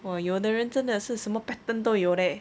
!wah! 有的人真的是什么 pattern 都有 leh